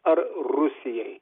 ar rusijai